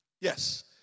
Yes